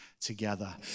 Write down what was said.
together